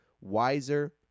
wiser